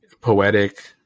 poetic